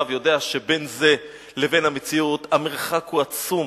יודע שבין זה לבין המציאות המרחק הוא עצום.